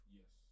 yes